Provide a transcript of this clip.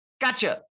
gotcha